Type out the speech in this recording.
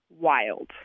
wild